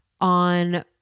on